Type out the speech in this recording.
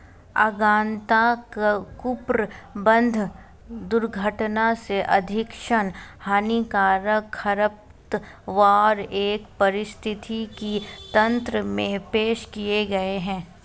अज्ञानता, कुप्रबंधन, दुर्घटना से अधिकांश हानिकारक खरपतवार एक पारिस्थितिकी तंत्र में पेश किए गए हैं